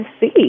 see